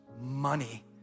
money